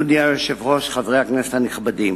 אדוני היושב-ראש, חברי הכנסת הנכבדים,